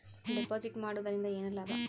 Deposit ಮಾಡುದರಿಂದ ಏನು ಲಾಭ?